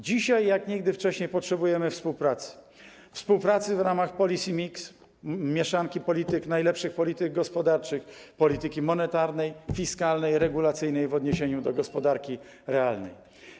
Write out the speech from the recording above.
Dzisiaj, jak nigdy wcześniej, potrzebujemy współpracy - współpracy w ramach policy mix, mieszanki polityk, najlepszych polityk gospodarczych: polityki monetarnej, fiskalnej, regulacyjnej, w odniesieniu do gospodarki realnej.